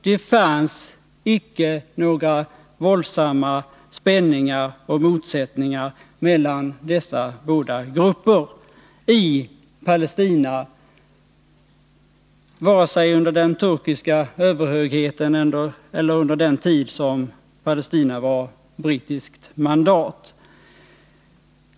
Det fanns icke några våldsamma spänningar och motsättningar mellan dessa grupper i Palestina vare sig under den turkiska överhögheten eller under den tid som Palestina var brittiskt mandat.